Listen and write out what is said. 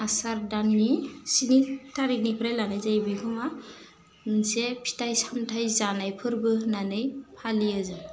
आसार दाननि स्नि थारिगनिफ्राय लानाय जायो बेखौ मा मोनसे फिथाइ सामथाइ जानाय फोरबो होन्नानै फालियो जों